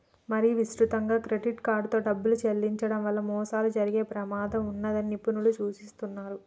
మరీ విస్తృతంగా క్రెడిట్ కార్డుతో డబ్బులు చెల్లించడం వల్ల మోసాలు జరిగే ప్రమాదం ఉన్నదని నిపుణులు సూచిస్తున్నరు